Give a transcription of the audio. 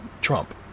Trump